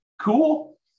Cool